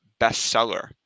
bestseller